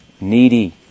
needy